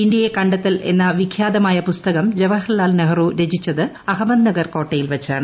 ഇന്ത്യിട്ടെയ് കണ്ടെത്തൽ എന്ന വിഖ്യാതമായ പുസ്തകം ജവഹർലാൽ ന്റെഷ്റു രചിച്ചത് അഹമ്മദ്നഗർ കോട്ടയിൽ വച്ചാണ്